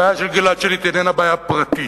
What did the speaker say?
הבעיה של גלעד שליט איננה בעיה פרטית,